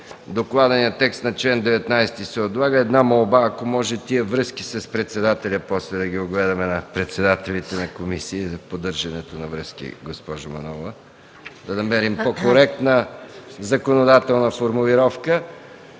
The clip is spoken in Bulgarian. Докладването на чл. 19 се отлага. Една молба, ако може тези „връзка с председателя” после да ги огледаме – „председателите на комисии поддържат връзки”, госпожо Манолова, да намерим по-коректна законодателна формулировка.